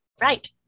Right